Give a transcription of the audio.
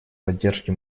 поддержке